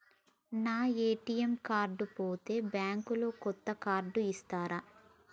నా ATM card పోతే bank లో కొత్త కార్డు ఇస్తరా?